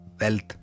Wealth